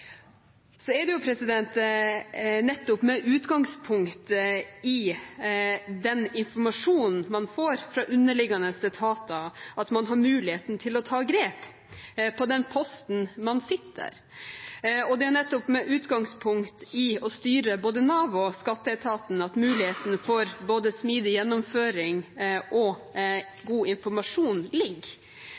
Så er det jo nettopp med utgangspunkt i den informasjonen man får fra underliggende etater, at man har muligheten til å ta grep på den posten man sitter. Det er nettopp med utgangspunkt i å styre både Nav og skatteetaten at muligheten for både smidig gjennomføring og god informasjon ligger,